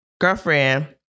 girlfriend